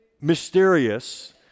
mysterious